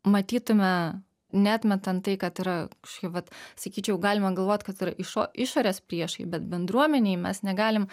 matytume neatmetant tai kad yra kažkokia vat sakyčiau galima galvot kad yra išo išorės priešai bet bendruomenėj mes negalim